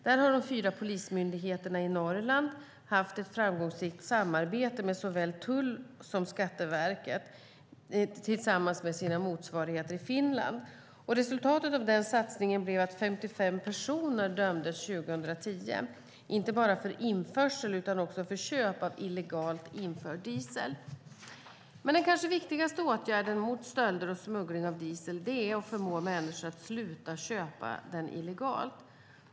Där har de fyra polismyndigheterna i Norrland haft ett framgångsrikt samarbete med såväl tullen och Skatteverket som sina motsvarigheter i Finland. Resultatet av denna satsning blev att 55 personer dömdes 2010, inte bara för införsel utan också för köp av illegalt införd diesel. Men den kanske viktigaste åtgärden mot stölder och smuggling av diesel är att förmå människor att sluta köpa den illegalt.